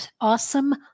Awesome